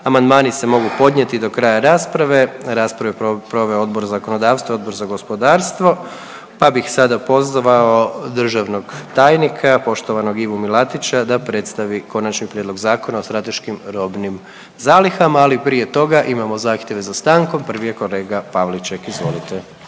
Amandmani se mogu podnijeti do kraja rasprave. Raspravu je proveo Odbor za zakonodavstvo, Odbor za gospodarstvo pa bih sada pozvao državnog tajnika, poštovanog Ivu Milatića da predstavi Konačni prijedlog Zakona o strateškim robnim zalihama, ali prije toga imamo zahtjeve za stankom. Prvi je kolega Pavliček, izvolite.